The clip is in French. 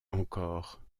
encore